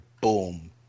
Boom